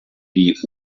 die